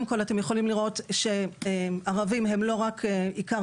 אתם יכולים לראות שערבים הם לא רק עיקר